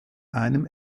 einem